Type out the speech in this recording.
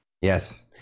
Yes